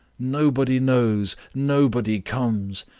nobody knows, nobody comes.